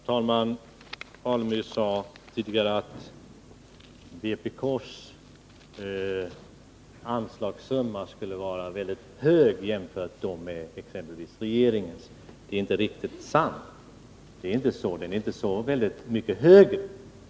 Herr talman! Stig Alemyr sade att vpk:s anslagssumma var väldigt hög jämfört med regeringens. Det är inte sant — den är något högre.